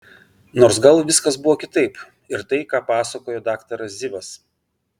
nors gal viskas buvo kitaip ir tai ką pasakojo daktaras zivas